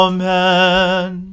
Amen